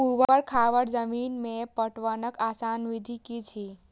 ऊवर खावर जमीन में पटवनक आसान विधि की अछि?